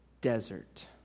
desert